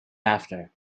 after